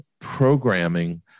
programming